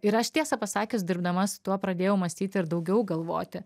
ir aš tiesą pasakius dirbdama su tuo pradėjau mąstyti ir daugiau galvoti